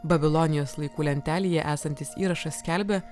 babilonijos laikų lentelėje esantis įrašas skelbia